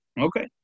okay